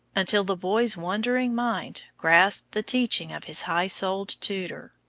until the boy's wondering mind grasped the teaching of his high-souled tutor.